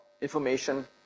information